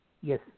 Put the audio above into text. Yes